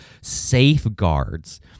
safeguards